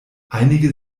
einige